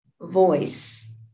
voice